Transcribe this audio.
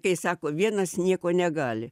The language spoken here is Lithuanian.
kai sako vienas nieko negali